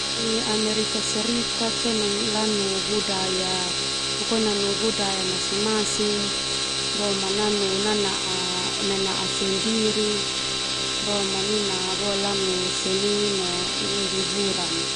Amerika Serikat sona nanu budaya masing-masing boma nanu nanaa sendiri nanu seni no ini hiburan.